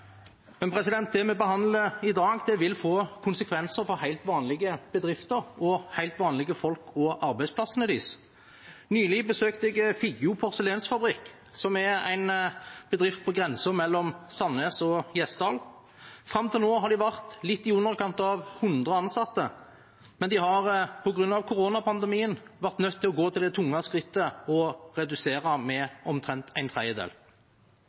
Det vi behandler i dag, vil få konsekvenser for helt vanlige bedrifter og helt vanlige folk og deres arbeidsplasser. Nylig besøkte jeg Figgjo porselensfabrikk, som er en bedrift på grensen mellom Sandnes og Gjesdal. Fram til nå har de vært litt i underkant av 100 ansatte, men de har på grunn av koronapandemien vært nødt til å gå til det tunge skritt å redusere med omtrent en tredjedel.